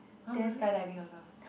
I want do skydiving also